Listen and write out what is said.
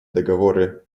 договоры